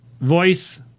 voice